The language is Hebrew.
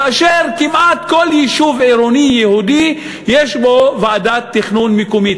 כאשר כמעט כל יישוב עירוני יהודי יש בו ועדת תכנון מקומית,